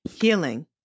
healing